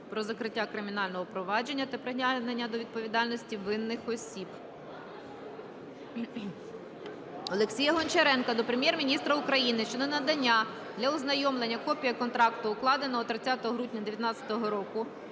про закриття кримінального провадження та притягнення до відповідальності винних осіб. Олексія Гончаренка до Прем'єр-міністра України щодо надання для ознайомлення копії контракту, укладеного 30 грудня 2019 року